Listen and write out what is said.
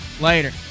later